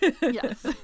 Yes